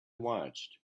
watched